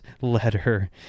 letter